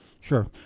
Sure